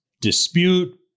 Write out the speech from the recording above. dispute